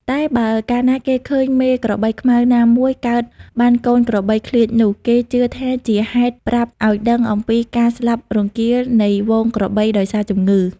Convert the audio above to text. តែបើកាលណាគេឃើញមេក្របីខ្មៅណាមួយកើតបានកូនក្របីឃ្លៀចនោះ គេជឿថាជាហេតុប្រាប់ឱ្យដឹងអំពីការស្លាប់រង្គាលនៃហ្វូងក្របីដោយសារជំងឺ។